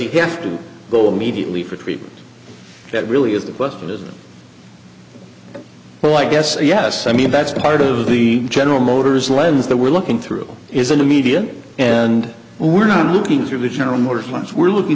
he have to go immediately for treatment that really is the question is well i guess a yes i mean that's part of the general motors lens that we're looking through isn't the media and we're not looking through the general motors lines we're looking